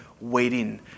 waiting